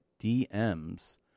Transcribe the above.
DMs